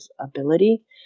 ability